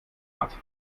hat